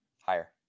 Higher